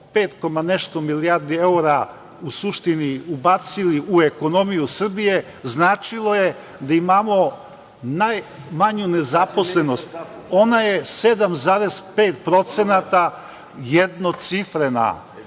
nešto milijardi evra u suštini ubacili u ekonomiju Srbije značilo je da imamo najmanju nezaposlenost. Ona je 7,5% jednocifrena.